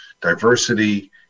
diversity